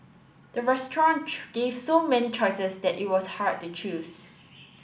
the restaurant gave so many choices that it was hard to choose